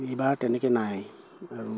এইবাৰ তেনেকে নাই আৰু